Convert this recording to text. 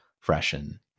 Freshen